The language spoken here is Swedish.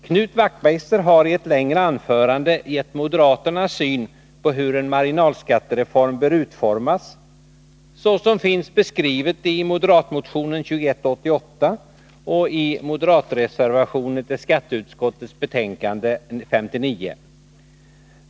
Knut Wachtmeister har i ett längre anförande gett moderaternas syn på hur en marginalskattereform bör utformas, såsom finns beskrivet i moderatmotionen 2188 och i moderatreservationen till skatteutskottets betänkande 59.